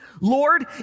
Lord